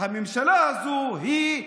ואל תעזרו זה לזה לפשוע ולהתנכל.) הממשלה הזאת היא,